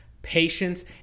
patience